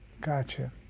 Gotcha